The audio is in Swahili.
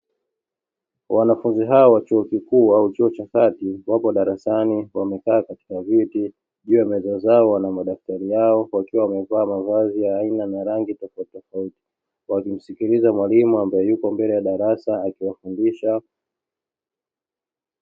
Wanafunzi hawa wa chuo kikuu au chuo cha kati wako darasani wamekaa katika viti, juu ya meza zao wana madaftari wakiwa wamevaa mavazi ya rangi na aina tofautitofauti, wakimsikiliza mwalimu ambaye yupo mbele ya darasa akiwafundisha.